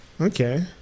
Okay